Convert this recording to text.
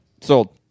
sold